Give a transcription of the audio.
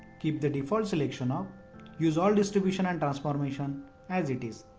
keep the default selection of use all distributions and transformations as it is.